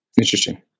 Interesting